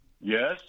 Yes